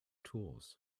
tools